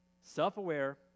Self-aware